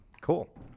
Cool